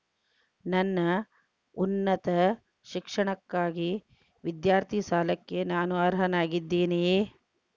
ನನ್ನ ಉನ್ನತ ಶಿಕ್ಷಣಕ್ಕಾಗಿ ವಿದ್ಯಾರ್ಥಿ ಸಾಲಕ್ಕೆ ನಾನು ಅರ್ಹನಾಗಿದ್ದೇನೆಯೇ?